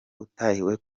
utahiwe